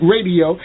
Radio